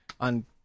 On